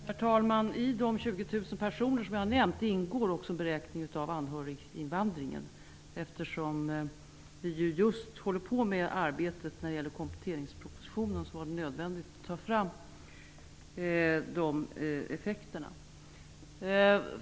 Herr talman! I de 20 000 personer som jag har nämnt ingår också en beräkning av anhöriginvandringen. Eftersom vi just arbetar med kompletteringspropositionen var det nödvändigt att räkna fram de effekterna.